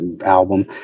Album